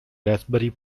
raspberry